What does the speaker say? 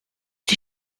die